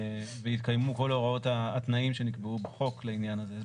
ויתקיימו כל התנאים שנקבעו בחוק לעניין הזה.